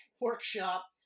workshop